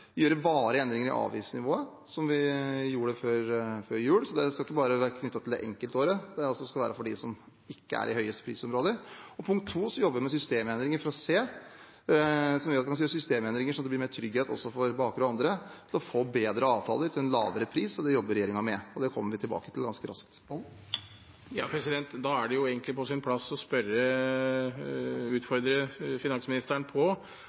avgiftsnivået, som vi gjorde før jul. Det skal altså ikke bare være knyttet til enkeltåret, og det skal være for dem som ikke er i de høyeste prisområdene. Punkt to: Vi jobber med systemendringer, slik at det blir mer trygghet også for bakere og andre for å få bedre avtaler til lavere pris. Det jobber regjeringen med, og det kommer vi tilbake til ganske raskt. Da er det egentlig på sin plass å utfordre finansministeren på